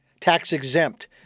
tax-exempt